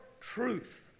truth